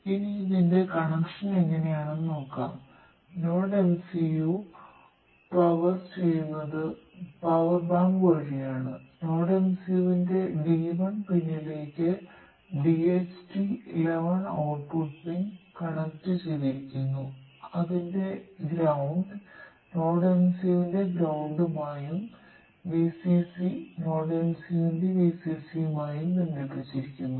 ഇനി ഇതിന്റെ connection VCC NodeMCU ന്റെ VCC യുമായും ബന്ധിപ്പിച്ചിരിക്കുന്നു